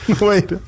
Wait